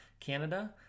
canada